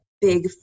big